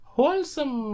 wholesome